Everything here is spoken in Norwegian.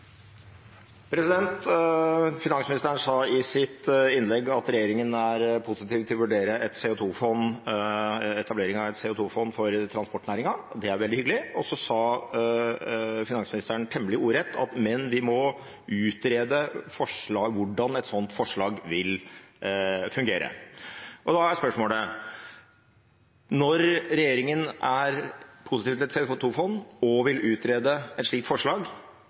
positiv til å vurdere etablering av et CO 2 -fond for transportnæringen. Det er veldig hyggelig. Og så sa finansministeren – temmelig ordrett: Men vi må utrede hvordan et slikt forslag vil fungere. Da er spørsmålet: Når regjeringen er positiv til et CO 2 -fond og vil utrede et slikt forslag,